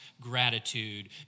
gratitude